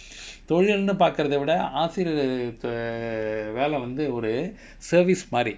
தொழில்ண்டு பாக்குறத விட ஆசிரியர்:tholilndu paakuratha vida aasiriyar err வேல வந்து ஒரு:vela vanthu oru service மாரி:maari